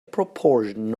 proportion